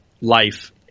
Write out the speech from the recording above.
life